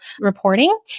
reporting